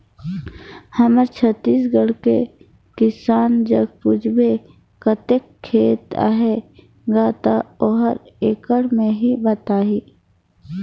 हमर छत्तीसगढ़ कर किसान जग पूछबे कतेक खेत अहे गा, ता ओहर एकड़ में ही बताही